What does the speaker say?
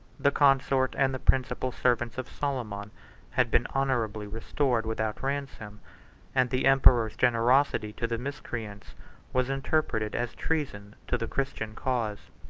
the consort and the principal servants of soliman had been honorably restored without ransom and the emperor's generosity to the miscreants was interpreted as treason to the christian cause.